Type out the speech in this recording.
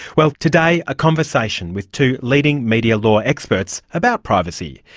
well, today a conversation with two leading media law experts about privacy.